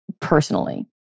personally